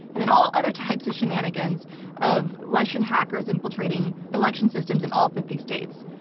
and then all other types of shenanigans of russian hackers infiltrating election systems in all fifty states.